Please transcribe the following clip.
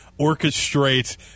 orchestrate